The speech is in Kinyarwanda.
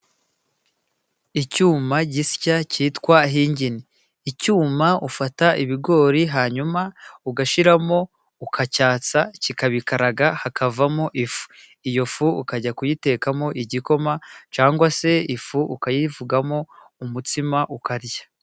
Icyuma gisya cyitwa hingini; icyuma ufata ibigori hanyuma ugashyiramo, ukacyatsa, kikabikaraga, hakavamo ifu, iyo fu ukajya kuyitekamo igikoma cyangwa se ifu ukayivugamo umutsima ukarya